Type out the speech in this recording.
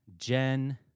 Jen